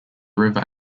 river